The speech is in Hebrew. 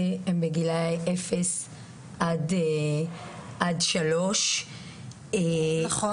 הם בגילי אפס עד 3. נכון.